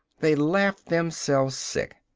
they laughed themselves sick!